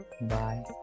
Bye